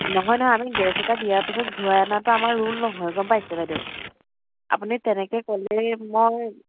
নহয় নহয় আমি গেছ এটা দিয়াৰ পিছত ঘূৰাই অনাটো আমাৰ ৰুল নহয় গম পাইছে বাইদেউ আপুনি তেনেকে ক'লেই মই